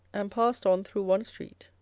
and passed on through one street